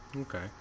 Okay